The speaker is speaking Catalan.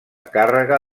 càrrega